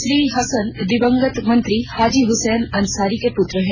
श्री हसन दिवंगत मंत्री हाजी हुसैन अंसारी के पुत्र हैं